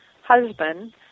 husband